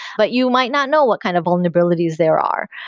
but you might not know what kind of vulnerabilities there are.